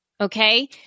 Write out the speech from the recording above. okay